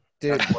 dude